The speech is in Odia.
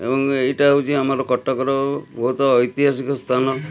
ଏବଂ ଏଇଟା ହଉଛି ଆମର କଟକର ବହୁତ ଐତିହାସିକ ସ୍ଥାନ